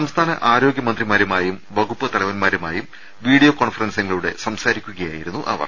സംസ്ഥാന ആരോഗ്യമന്ത്രിമാരുമായും വകു പ്പു തലവന്മാരുമായും വീഡിയോ കോൺഫറൻസിംഗിലൂടെ സംസാരിക്കു കയായിരുന്നു അവർ